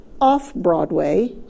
off-Broadway